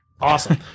Awesome